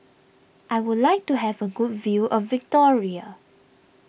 I would like to have a good view of Victoria